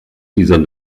dieser